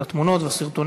של התמונות והסרטונים